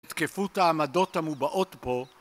תקפות העמדות המובאות פה